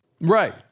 Right